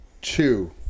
two